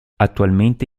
attualmente